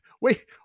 wait